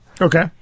Okay